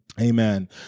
Amen